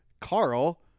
Carl